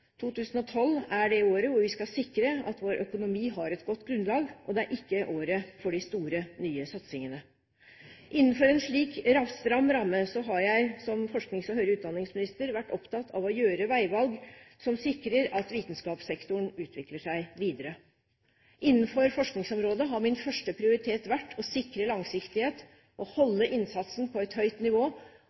2012 er det året da vi skal sikre at vår økonomi har et godt grunnlag. Det er ikke året for de store nye satsingene. Innenfor en slik stram ramme har jeg som forsknings- og høyere utdanningsminister vært opptatt av å gjøre veivalg som sikrer at vitenskapssektoren utvikler seg videre. Innenfor forskningsområdet har min første prioritet vært å sikre langsiktighet, holde innsatsen på et høyt nivå